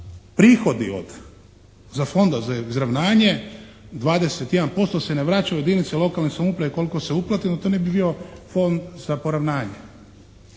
prihodi od, za Fonda za izravnanje 21% se ne vraća u jedinice lokalne samouprave, koliko se uplatilo, to ne bi bio Fond za poravnanje.